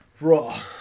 Raw